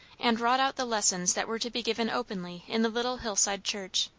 and wrought out the lessons that were to be given openly in the little hillside church.